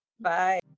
Bye